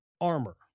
armor